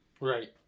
right